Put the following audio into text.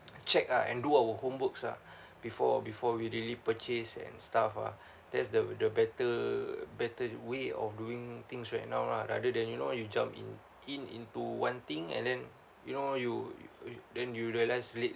check ah and do our homeworks ah before before we really purchase and stuff ah that's the the better better way of doing things right now ah rather than you know you jump in in into one thing and then you know you you then you realise lately